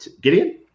Gideon